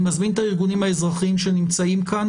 אני מזמין את הארגונים האזרחיים שנמצאים כאן